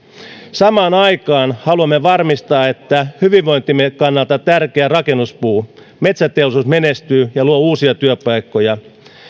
samaan aikaan haluamme varmistaa että hyvinvointimme kannalta tärkeä metsäteollisuus menestyy ja luo uusia työpaikkoja